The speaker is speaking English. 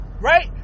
Right